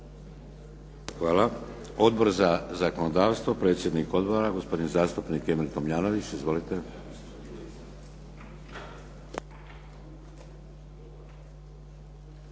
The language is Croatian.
Hvala. Odbor za zakonodavstvo predsjednik odbora gospodin zastupnik Emil Tomljanović. Izvolite.